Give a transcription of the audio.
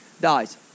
dies